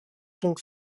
tong